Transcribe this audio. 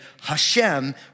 Hashem